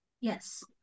Yes